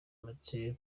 mathieu